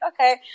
okay